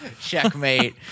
Checkmate